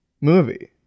movie